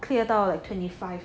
clear 到 like twenty five